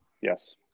yes